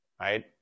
right